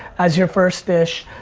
as your first dish,